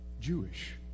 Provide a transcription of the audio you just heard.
Jewish